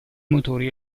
motori